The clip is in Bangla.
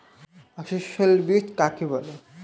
অসস্যল বীজ কাকে বলে?